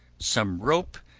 some rope,